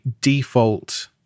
default